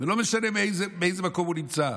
ולא משנה באיזה מקום הוא נמצא,